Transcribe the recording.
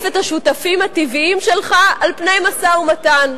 את השותפים הטבעיים שלך על פני משא-ומתן.